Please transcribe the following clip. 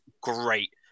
great